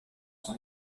son